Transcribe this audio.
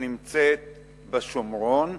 הנמצאת בשומרון,